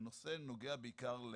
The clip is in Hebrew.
שהיא עושה,